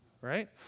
Right